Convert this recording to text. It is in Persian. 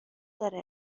داره